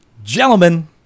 Gentlemen